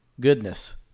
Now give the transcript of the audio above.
goodness